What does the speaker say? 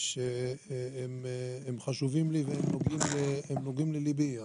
שהם חשובים והם נוגעים לליבי.